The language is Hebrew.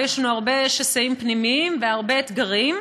ויש לנו הרבה שסעים פנימיים והרבה אתגרים,